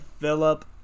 Philip